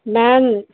ma'am